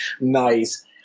Nice